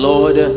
Lord